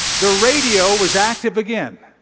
the radio was active again.